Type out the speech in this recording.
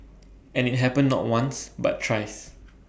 and IT happened not once but thrice